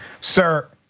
sir